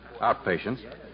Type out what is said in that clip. Outpatients